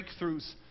breakthroughs